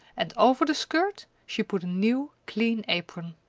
and over the skirt she put new, clean apron.